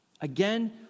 Again